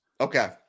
Okay